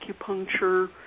acupuncture